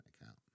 account